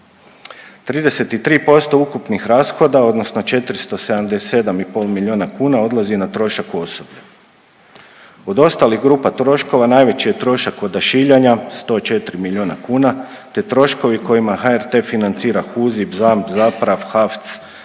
33% ukupnih rashoda odnosno 477,5 miliona kuna odlazi na trošak osoblju. Od ostalih grupa troškova najveći je trošak odašiljanja 104 miliona kuna te troškovi kojima HRT financira HUZIP, ZAM, ZAPRAV, HAVC,